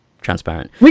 transparent